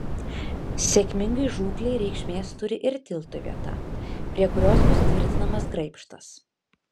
sėkmingai žūklei reikšmės turi ir tilto vieta prie kurios bus tvirtinamas graibštas